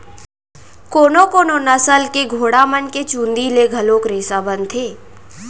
कोनो कोनो नसल के घोड़ा मन के चूंदी ले घलोक रेसा बनथे